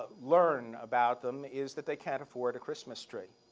learn about them is that they can't afford a christmas tree.